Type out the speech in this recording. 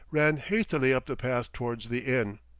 ran hastily up the path towards the inn.